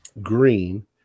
green